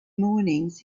mornings